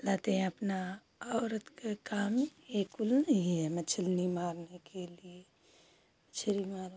लाते हैं अपना औरत का काम यह कुल नहीं है मछली मारने के लिए मछली